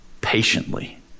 patiently